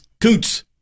Coots